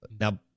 Now